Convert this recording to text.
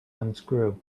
unscrew